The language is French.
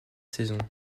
saisons